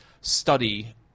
study